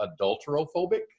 adulterophobic